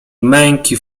męki